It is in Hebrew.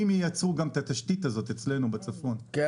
אם ייצרו את התשתית הזאת אצלנו בצפון אז